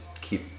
keep